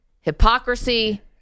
hypocrisy